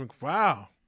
wow